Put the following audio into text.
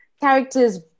characters